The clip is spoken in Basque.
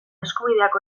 eskubideak